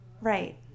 Right